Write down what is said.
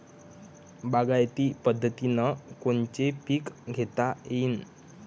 बागायती पद्धतीनं कोनचे पीक घेता येईन?